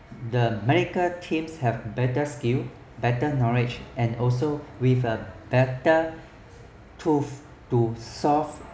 the medical teams have better skill better knowledge and also with a better tools to solve